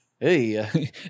hey